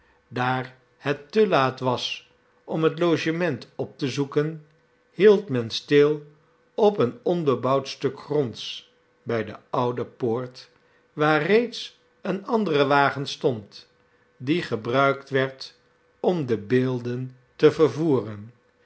daar het te laat was om het logement op te zoeken hield men stil op een onbebouwd stuk gronds bij de oude poort waar reeds een andere wagen stond die gebruikt werd om de beelden te vervoeren